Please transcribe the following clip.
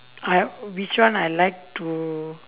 I which one I like to